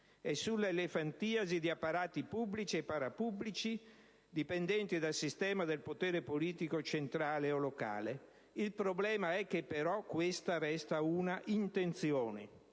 e sull'elefantiasi di apparati pubblici e parapubblici dipendenti dal sistema del potere politico centrale o locale. Il problema è che resta un'intenzione,